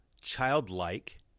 childlike